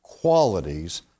qualities